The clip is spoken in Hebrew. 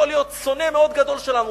יכול להיות שונא מאוד גדול שלנו,